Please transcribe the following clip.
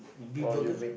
beef burger